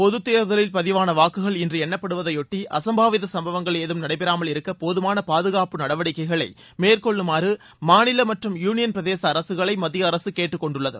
பொதுத் தேர்தலில் பதிவான வாக்குகள் இன்று எண்ணப்படுவதையொட்டி அசம்பாவித சம்பவங்கள் ஏதும் நடைபெறாமல் இருக்க போதமான பாதுகாப்பு நடவடிக்கைகளை மேற்கொள்ளுமாறு மாநில மற்றும் யூனியன் பிரதேச அரசுகளை மத்திய அரசு கேட்டுக்கொண்டுள்ளது